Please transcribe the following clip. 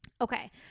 okay